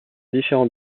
différents